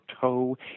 toe